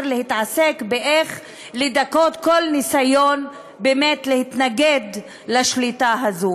להתעסק באיך לדכא כל ניסיון להתנגד לשליטה הזאת.